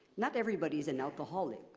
not everybody is an alcoholic,